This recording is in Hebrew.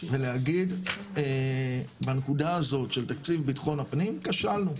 ולהגיד בנקודה הזאת של תקציב ביטחון הפנים כשלנו.